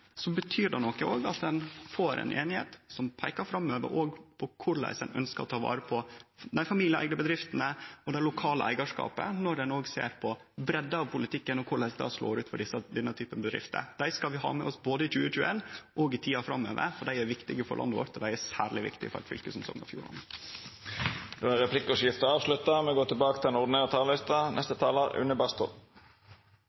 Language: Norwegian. betyr det òg noko at ein får ei einigheit som peikar framover, òg på korleis ein ønskjer å ta vare på dei familieeigde bedriftene og det lokale eigarskapet. Då må ein sjå på breidda av politikken og korleis det slår ut for denne typen bedrifter. Dei skal vi ha med oss både i 2021 og i tida framover, for dei er viktige for landet vårt, og dei er særleg viktige for eit fylke som Sogn og Fjordane. Då er replikkordskiftet avslutta. Det har vært en lang og